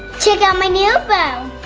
check out my new bow.